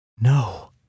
No